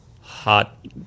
hot